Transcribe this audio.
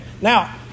Now